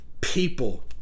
people